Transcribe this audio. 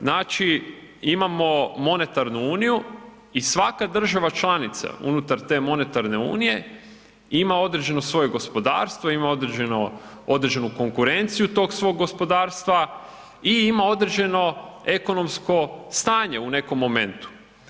Znači, imamo monetarnu uniju i svaka država članica unutar te monetarne unije ima određeno svoje gospodarstvo, ima određenu konkurenciju tog svog gospodarstva i ima određeno ekonomsko stanje u nekom momentu.